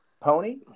pony